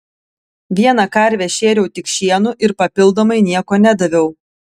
vieną karvę šėriau tik šienu ir papildomai nieko nedaviau